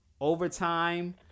overtime